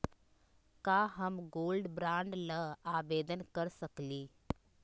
का हम gold bond ल आवेदन कर सकली?